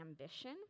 ambition